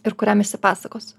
ir kuriam išsipasakosiu